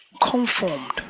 conformed